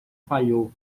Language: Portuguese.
falhou